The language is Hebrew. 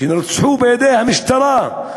שנרצחו בידי המשטרה.